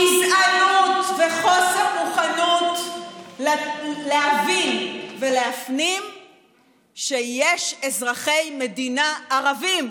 גזענות וחוסר מוכנות להבין ולהפנים שיש אזרחי מדינה ערבים,